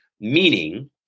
meaning